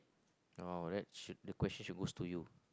oh that should the question should move to you